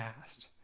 asked